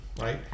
right